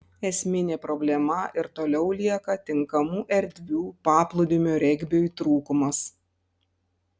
esminė problema ir toliau lieka tinkamų erdvių paplūdimio regbiui trūkumas